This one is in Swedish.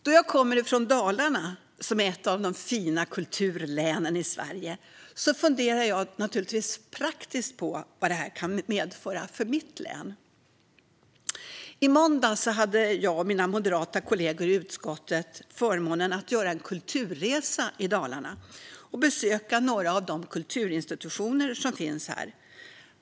Då jag kommer från Dalarna, som är ett av de fina kulturlänen i Sverige, funderar jag naturligtvis på vad detta kan medföra rent praktiskt för mitt län. I måndags hade jag och mina moderata kollegor i utskottet förmånen att göra en kulturresa i Dalarna och besöka några av de kulturinstitutioner som finns där.